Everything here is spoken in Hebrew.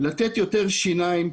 לתת יותר שיניים,